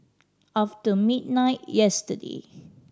after midnight yesterday